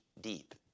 deep